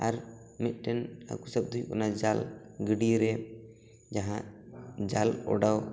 ᱟᱨ ᱢᱤᱫᱴᱮᱱ ᱦᱟᱹᱠᱩ ᱥᱟᱵᱽ ᱫᱚ ᱦᱩᱭᱩᱜ ᱠᱟᱱᱟ ᱡᱟᱞ ᱜᱟᱹᱰᱭᱟᱹᱨᱮ ᱡᱟᱦᱟᱸ ᱡᱟᱞ ᱚᱰᱟᱣ